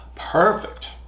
Perfect